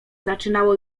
zaczynało